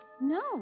No